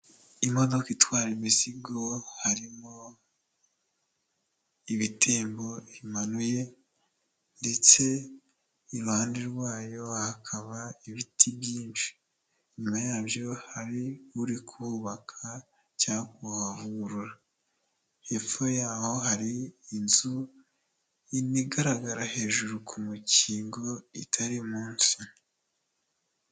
Imodoka itwara imizigo harimo ibitembo bimanuye ndetse iruhande rwayo hakaba ibiti byinshi, inyuma yabyo hari uri kubaka cyangwa kuvugurura, hepfo yaho hari inzu igaragara hejuru ku mukingo itari munsi.